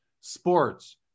Sports